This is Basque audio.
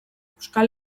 euskal